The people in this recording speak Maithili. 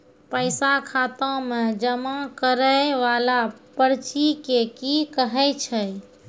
पैसा खाता मे जमा करैय वाला पर्ची के की कहेय छै?